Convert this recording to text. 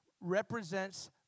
represents